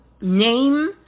name